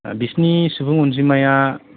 बिसिनि सुबुं अनजिमाया